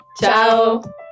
ciao